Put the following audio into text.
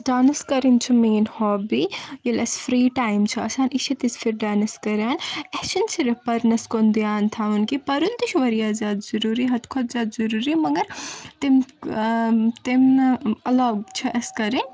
dance کَرٕنۍ چھِ میٲنۍ ہابی ییٛلہِ اسہِ فری ٹایم چھُ آسان یہِ چھِ تِژ پھِرِ ڈانس کَران اسہِ چھنہٕ صِرف پرنس کُن دیان تھاوُن کیٚنہہ کہِ پَرُن تہِ چھُ وارِیاہ زیادٕ ضروٗری حد کھۄتہٕ زیادٕ ضروٗری مگر تمہِ علاوٕ چھِ اسہِ کَرٕنۍ